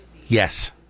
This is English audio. Yes